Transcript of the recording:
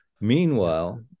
Meanwhile